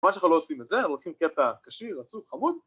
למה שאנחנו לא עושים את זה, אנחנו לוקחים קטע קשה, רצוף, חמוד